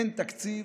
אין תקציב.